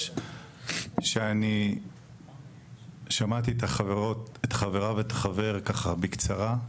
שאני שמעתי את החברה ואת החבר ככה בקצרה,